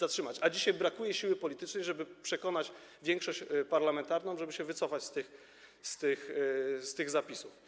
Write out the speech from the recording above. A dzisiaj brakuje siły politycznej, żeby przekonać większość parlamentarną, żeby się wycofać z tych zapisów.